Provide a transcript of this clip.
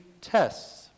tests